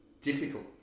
difficult